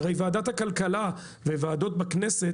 הרי ועדת הכלכלה וועדות בכנסת,